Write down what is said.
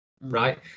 right